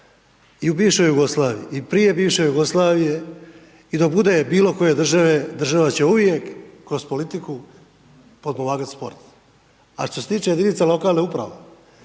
i u bivšoj Jugoslaviji i prije bivše Jugoslavije i dok bude bilo koje države, država će uvijek kroz politiku potpomagati sport. A što se tiče jedinice lokalne samouprave,